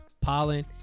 pollen